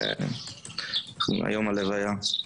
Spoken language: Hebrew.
היום הלוויה.